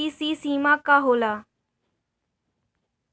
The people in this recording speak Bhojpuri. सी.सी सीमा का होला?